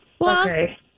Okay